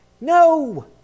No